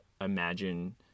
imagine